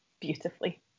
beautifully